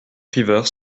rivers